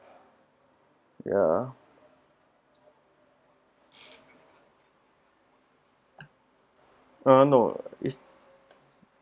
ya uh no it's